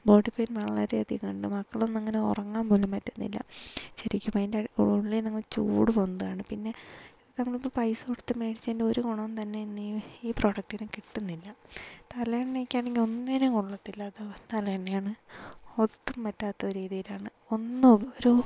body pain വളരെയധികമുണ്ട് മക്കളൊന്നും അങ്ങനെ ഉറങ്ങാൻ പോലും പറ്റുന്നില്ല ശരിക്കും അതിന്റെ ഉള്ളിൽ നിന്ന് അങ്ങ് ചൂട് പൊന്തുകയാണ് പിന്നെ നമ്മളിപ്പോൾ പൈസ കൊടുത്ത് മേടിച്ചതിന്റെ ഒരു ഗുണവും തന്നെ ഇന്ന് ഈ പ്രൊഡക്ടിന് കിട്ടുന്നില്ല തലയിണയൊക്കെ ആണെങ്കിൽ ഒന്നിനും കൊള്ളത്തില്ലാത്ത തലയിണയാണ് ഒട്ടും പറ്റാത്ത രീതിയിലാണ് ഒന്നും ഒരു